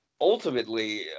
ultimately